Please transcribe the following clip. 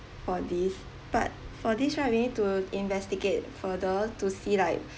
for this but for this right we need to investigate further to see like